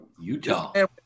Utah